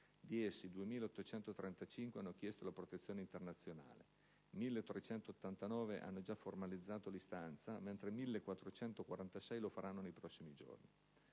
Di essi, 2.835 hanno chiesto la protezione internazionale (1.389 hanno già formalizzato l'istanza mentre 1.446 lo faranno nei prossimi giorni).